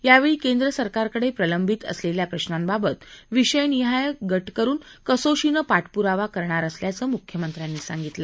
यावेळी केंद्र सरकारकडे प्रलंबित असलेल्या प्रशांबाबत विषयनिहाय गट करून कसोशीनं पाठपुरावा करणार असल्याचं मुख्यमंत्र्यांनी सांगितलं